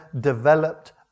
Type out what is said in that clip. developed